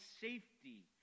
safety